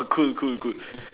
cool cool cool